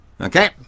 Okay